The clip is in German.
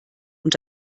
und